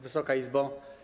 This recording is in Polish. Wysoka Izbo!